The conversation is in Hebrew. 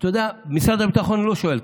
אתה יודע, על משרד הביטחון לא שואל.